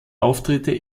auftritte